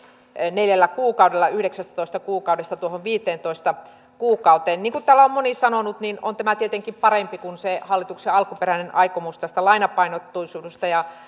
neljällä kuukaudella yhdeksästätoista kuukaudesta viiteentoista kuukauteen niin kuin täällä on moni sanonut on tämä tietenkin parempi kuin se hallituksen alkuperäinen aikomus lainapainotteisuudesta